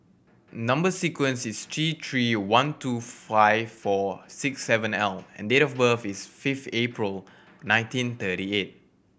number sequence is T Three one two five four six seven L and date of birth is fifth April nineteen thirty eight